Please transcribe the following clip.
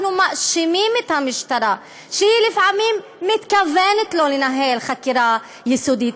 אנחנו מאשימים את המשטרה שלפעמים היא מתכוונת לא לנהל חקירה יסודית.